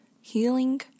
Healing